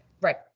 Right